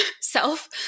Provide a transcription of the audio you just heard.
self